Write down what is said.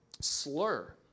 slur